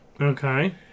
Okay